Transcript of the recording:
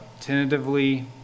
tentatively